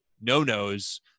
no-nos